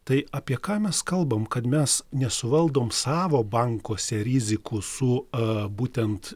tai apie ką mes kalbam kad mes nesuvaldom savo bankuose rizikų su a būtent